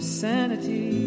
sanity